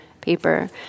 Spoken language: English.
paper